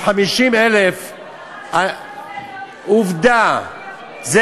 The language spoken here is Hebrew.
אז 50,000. אבל מה שאתה עושה,